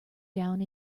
down